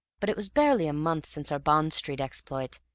but it was barely a month since our bond street exploit,